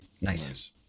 Nice